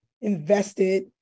invested